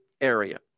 area